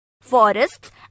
forests